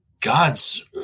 God's